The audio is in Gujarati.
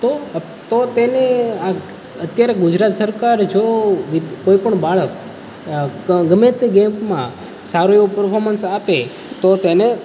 તો તો તેની અત્યારે ગુજરાત સરકાર જો કોઈ પણ બાળક ગમે તે ગેમમાં સારું એવું પરફોર્મન્સ આપે તો તેને